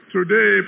Today